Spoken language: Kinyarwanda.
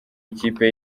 ikipe